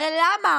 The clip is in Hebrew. הרי למה